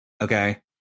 okay